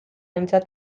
aintzat